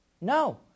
No